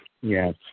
Yes